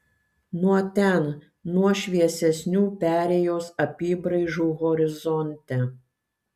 nuo ten nuo šviesesnių perėjos apybraižų horizonte